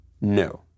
No